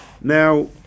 Now